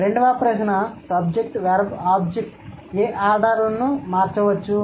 రెండవ ప్రశ్న SVO ఏ ఆర్డర్లను మార్చవచ్చు